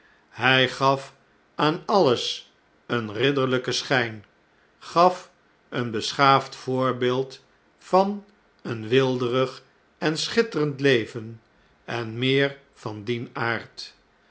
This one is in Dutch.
hjj gaf aan alles een ridderljjken schp gaf een beschaafd voorbeeld van een weelderig en schitterend leven en meer van dien aard